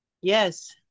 Yes